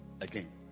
again